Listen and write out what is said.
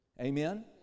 Amen